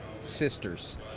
sisters